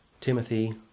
Timothy